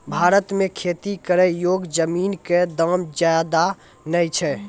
भारत मॅ खेती करै योग्य जमीन कॅ दाम ज्यादा नय छै